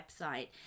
website